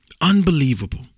Unbelievable